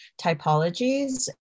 typologies